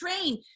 train